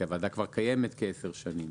הוועדה כבר קיימת כ-10 שנים.